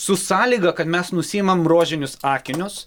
su sąlyga kad mes nusiimam rožinius akinius